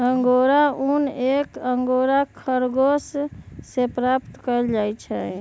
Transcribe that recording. angora ऊन एक angora खरगोश से प्राप्त कइल जाहई